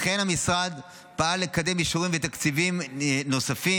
לכן המשרד פעל לקדם אישורים ותקציבים נוספים,